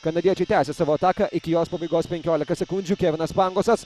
kanadiečiai tęsia savo ataką iki jos pabaigos penkiolika sekundžių kevinas pangosas